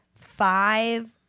five